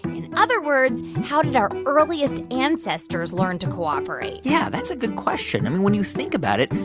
in other words, how did our earliest ancestors learn to cooperate? yeah, that's a good question. i mean, when you think about it,